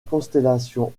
constellation